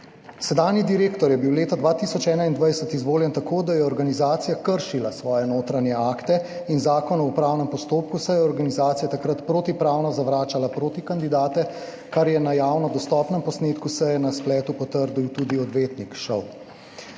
Sedanji direktor je bil leta 2021 izvoljen tako, da je organizacija kršila svoje notranje akte in zakon o upravnem postopku, saj je organizacija takrat protipravno zavračala protikandidate, kar je na javno dostopnem posnetku seje na spletu potrdil tudi odvetnik ŠOU,